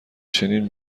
چنین